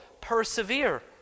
persevere